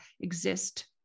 exist